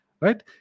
right